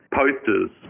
posters